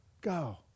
go